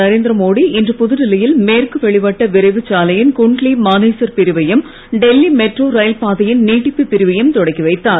நரேந்திரமோடி இன்று புதுடில்லியில் மேற்கு வெளிவட்ட விரைவுச் சாலையின் குன்ட்லி மானேசர் பிரிவையும் டெல்லி மெட்ரோ ரயில் பாதையின் நீட்டிப்புப் பிரிவையும் தொடக்கி வைத்தார்